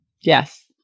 Yes